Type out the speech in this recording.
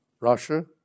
Russia